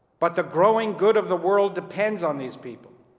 but the growing good of the world depends on these people.